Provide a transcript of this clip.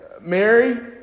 Mary